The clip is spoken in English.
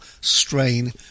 strain